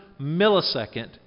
millisecond